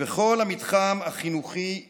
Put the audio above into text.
וכל המתחם החינוכי יובש.